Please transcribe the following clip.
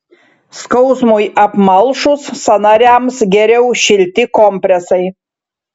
skausmui apmalšus sąnariams geriau šilti kompresai